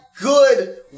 good